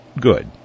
good